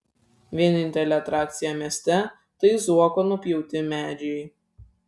vienintelė atrakcija mieste tai zuoko nupjauti medžiai